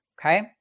Okay